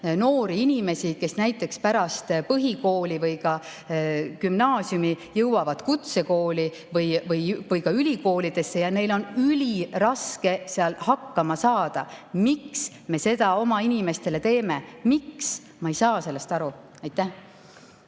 noori inimesi, kes pärast põhikooli või gümnaasiumi jõuavad kutsekooli või ka ülikooli ja neil on üliraske seal hakkama saada. Miks me seda oma inimestele teeme? Miks?! Ma ei saa sellest aru. Aitäh!